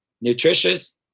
nutritious